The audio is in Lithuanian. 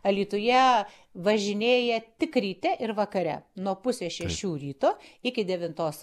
alytuje važinėja tik ryte ir vakare nuo pusės šešių ryto iki devintos